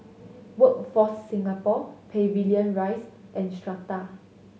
Workforce Singapore Pavilion Rise and Strata